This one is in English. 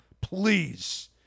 Please